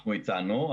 אנחנו הצענו.